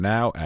Now